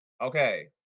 Okay